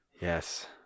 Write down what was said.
Yes